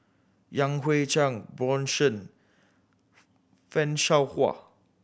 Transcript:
Yan Hui Chang Bjorn Shen Fan Shao Hua